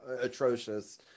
atrocious